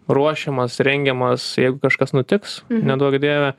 ruošiamas rengiamas jeigu kažkas nutiks neduok dieve